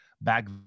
Back